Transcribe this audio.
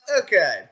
okay